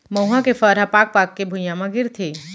मउहा के फर ह पाक पाक के भुंइया म गिरथे